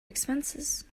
expenses